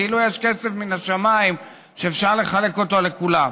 כאילו יש כסף מן השמיים שאפשר לחלק אותו לכולם.